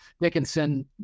Dickinson